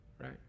right